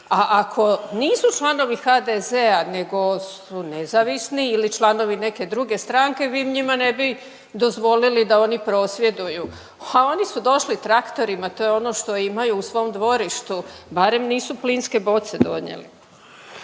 a ako nisu članovi HDZ-a nego su nezavisni ili članovi neke druge stranke vi njima ne bi dozvolili da oni prosvjeduju. Ha oni su došli traktorima to je ono što imaju u svojem dvorištu barem nisu plinske boce donijeli.